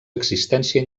existència